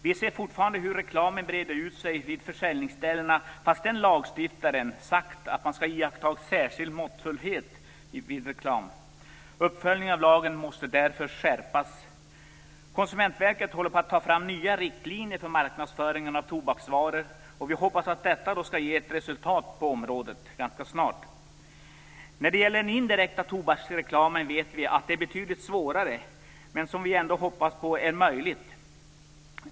Vi ser fortfarande hur reklamen breder ut sig vid försäljningsställena, fastän lagstiftaren sagt att man skall iaktta särskild måttfullhet vid reklam. Uppföljningen av lagen måste därför skärpas. Konsumentverket håller på att ta fram nya riktlinjer för marknadsföringen av tobaksvaror. Vi hoppas att detta skall ge resultat på området ganska snart. När det gäller den indirekta tobaksreklamen vet vi att det är betydligt svårare men vi hoppas inte omöjligt.